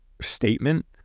statement